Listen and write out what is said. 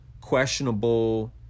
questionable